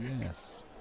yes